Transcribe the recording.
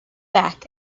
back